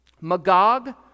Magog